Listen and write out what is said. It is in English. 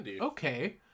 okay